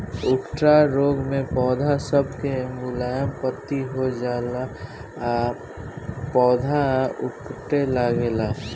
उकठा रोग मे पौध सब के मुलायम पत्ती हो जाला आ पौधा उकठे लागेला